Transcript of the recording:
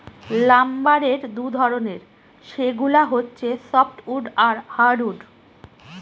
লাম্বারের দুই ধরনের, সেগুলা হচ্ছে সফ্টউড আর হার্ডউড